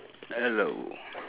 hello